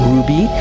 Ruby